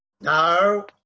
No